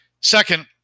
Second